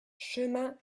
chemin